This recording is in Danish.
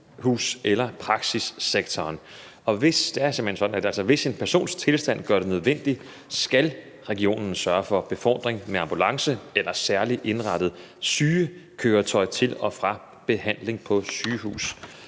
hen sådan, at hvis en persons tilstand gør det nødvendigt, skal regionen sørge for befordring med ambulance eller særligt indrettet sygekøretøj til og fra behandling på sygehus